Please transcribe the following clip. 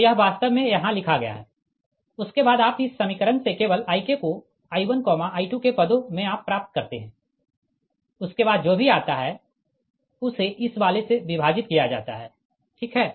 तो यह वास्तव में यहाँ लिखा गया है उसके बाद आप इस समीकरण से केवल Ik को I1I2 के पदों में आप प्राप्त करते है उसके बाद जो भी आता है उसे इस वाले से विभाजित किया जाता है ठीक है